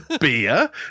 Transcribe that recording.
beer